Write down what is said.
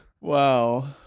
Wow